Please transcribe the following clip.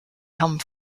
come